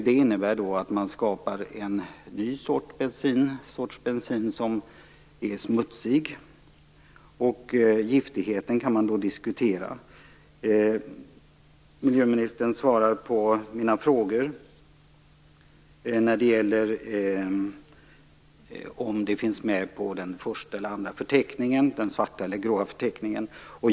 Det innebär att man skapar en ny sorts bensin som är smutsig. Giftigheten kan man diskutera. Miljöministern svarar på mina frågor när det gäller om ämnet finns med på den första eller andra förteckningen - den svarta eller den grå förteckningen.